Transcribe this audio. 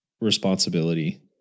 responsibility